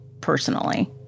personally